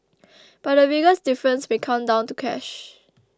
but the biggest difference may come down to cash